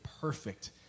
perfect